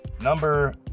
Number